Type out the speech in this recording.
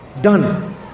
done